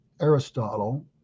Aristotle